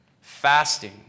Fasting